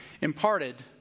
imparted